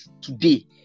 today